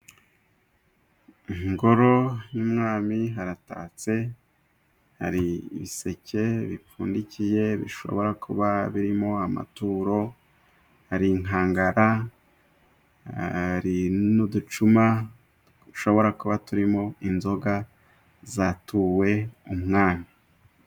Ingoro y'umwami haratatse hari ibiseke bipfundikiye bishobora kuba birimo amaturo, hari inkangara, hari n'uducuma dushobora kuba turimo inzoga zatuwe umwami.